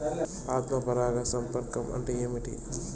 ఆత్మ పరాగ సంపర్కం అంటే ఏంటి?